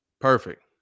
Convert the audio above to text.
perfect